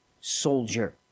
soldier